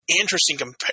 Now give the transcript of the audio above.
interesting